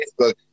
Facebook